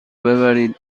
ببرید